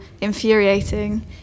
infuriating